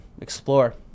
explore